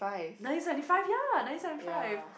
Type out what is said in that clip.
nineteen seventy five ya nineteen seventy five